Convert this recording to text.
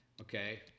okay